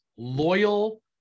loyal